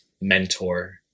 Mentor